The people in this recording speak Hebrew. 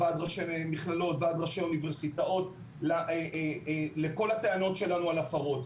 לא של מכללות ולא של אוניברסיטאות לכל הטענות שלנו על הפרות.